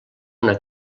una